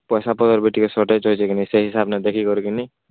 ପଇସାପତ୍ର ବି ଟିକେ ସର୍ଟେଜ୍ ଅଛି କିନି ସେଇ ହିସାବରେ ଦେଖିକରି କିନି